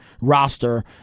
roster